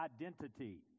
identity